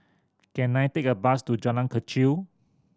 can I take a bus to Jalan Kechil